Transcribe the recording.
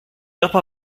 dopo